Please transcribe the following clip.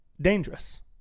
dangerous